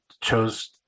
chose